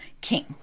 king